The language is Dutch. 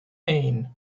één